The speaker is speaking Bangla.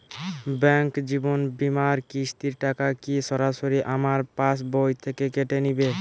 ব্যাঙ্ক জীবন বিমার কিস্তির টাকা কি সরাসরি আমার পাশ বই থেকে কেটে নিবে?